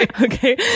Okay